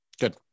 Good